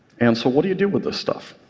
and so what do you do with this stuff?